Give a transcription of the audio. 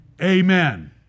Amen